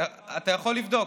אתה יכול לבדוק.